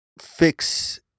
fix